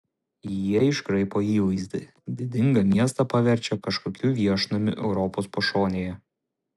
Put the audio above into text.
jie iškraipo įvaizdį didingą miestą paverčia kažkokiu viešnamiu europos pašonėje